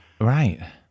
Right